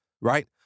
Right